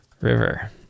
River